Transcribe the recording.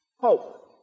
hope